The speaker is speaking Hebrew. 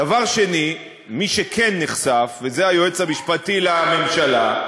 דבר שני, מי שכן נחשף, וזה היועץ המשפטי לממשלה,